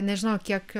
nežinau kiek